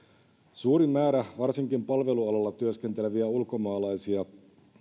suuri määrä varsinkin palvelualalla työskenteleviä ulkomaalaisia